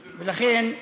ולכן,